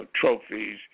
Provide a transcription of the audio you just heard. trophies